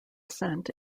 ascent